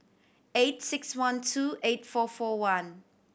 eight six one two eight four four one